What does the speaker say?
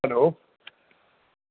hello